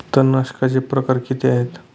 तणनाशकाचे प्रकार किती आहेत?